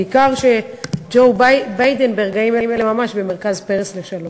בעיקר שג'ו ביידן ברגעים אלה ממש במרכז פרס לשלום.